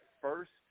first